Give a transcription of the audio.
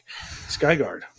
Skyguard